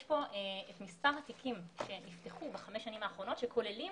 יש פה את מספר התיקים שנפתחו בחמש השנים האחרונות שכוללים